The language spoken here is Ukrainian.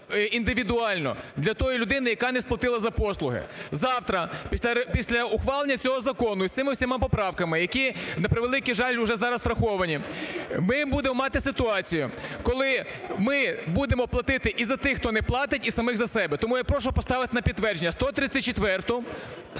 індивідуально для тої людини, яка не сплатила за послуги. Завтра після ухвалення цього закону з цими всіма поправками, які, на превеликий жаль, уже зараз враховані, ми будемо мати ситуацію, коли ми будемо платити і за тих, хто не платить, і самих за себе! Тому я прошу поставити на підтвердження 134-у,